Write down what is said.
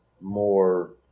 more